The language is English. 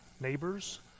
neighbors